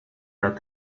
that